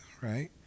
Right